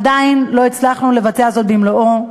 עדיין לא הצלחנו לבצע זאת במלואו.